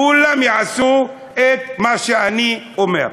כולם יעשו את מה שאני אומר,